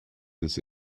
this